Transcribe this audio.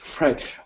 Right